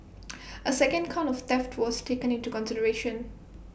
A second count of theft was taken into consideration